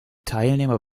teilnehmer